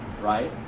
right